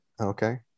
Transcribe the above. Okay